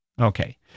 Okay